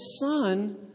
son